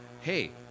hey